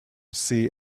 see